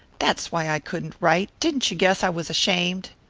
that's why i couldn't write. didn't you guess i was ashamed?